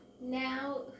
now